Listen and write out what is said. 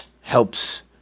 helps